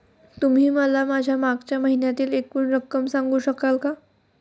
तुम्ही मला माझ्या मागच्या महिन्यातील एकूण रक्कम सांगू शकाल का?